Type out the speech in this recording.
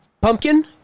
Pumpkin